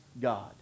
God